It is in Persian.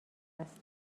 است